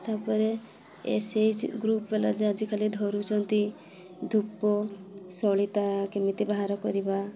ତା'ପରେ S A G group ବାଲା ଯେଉଁ ଆଜିକାଲି ଧରୁଛନ୍ତି ଧୂପ ସଳିତା କେମିତି ବାହାର କରିବା